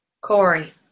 Corey